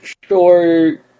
sure